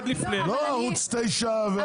לא ערוץ 9 וערוץ זה.